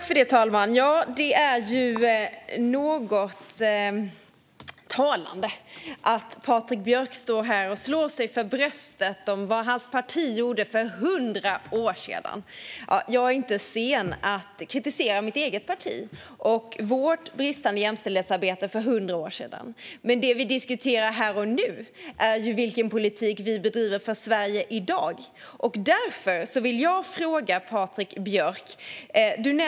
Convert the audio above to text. Fru talman! Det är något talande att Patrik Björck står här och slår sig för bröstet när det gäller vad hans parti gjorde för 100 år sedan. Jag är inte sen att kritisera mitt eget parti och vårt bristande jämställdhetsarbete för 100 år sedan. Men det vi diskuterar här och nu är vilken politik vi bedriver för Sverige i dag. Därför vill jag fråga Patrik Björck en sak.